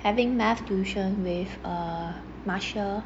having math tuition with the marcia